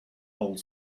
whole